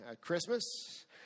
Christmas